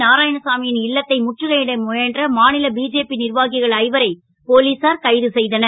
நாராயணசாமி ன் இல்லத்தை முற்றுகை ட முயன்ற மா ல பிஜேபி ர்வாகிகள் ஐவரை போலீசார் கைது செ தனர்